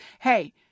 Hey